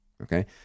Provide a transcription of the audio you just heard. okay